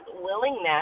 willingness